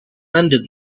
ended